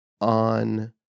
on